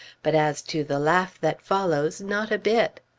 but as to the laugh that follows, not a bit.